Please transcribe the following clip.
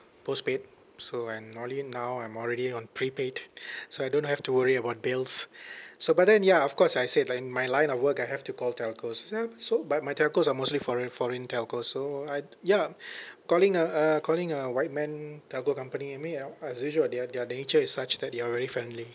postpaid so and only now I'm already on prepaid so I don't have to worry about bills so but then ya of course I said like in my line of work I have to call telcos so I've so but my telcos are mostly foreign foreign telcos so I'd ya calling a a calling a white man telco company I mean ya as usual their their nature is such that they are very friendly